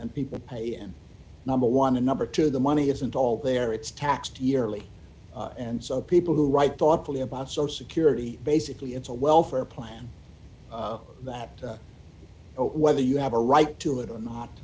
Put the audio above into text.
and people pay in number one dollar and number two the money isn't all there it's taxed yearly and so people who write thoughtfully about social security basically it's a welfare plan that whether you have a right to it or not